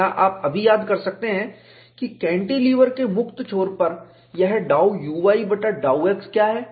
क्या आप अभी याद कर सकते हैं कि कैंटीलीवर के मुक्त छोर पर यह ∂uy बटा ∂x क्या है